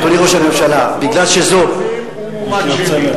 הוא מועמד שני.